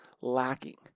lacking